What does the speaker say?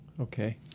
Okay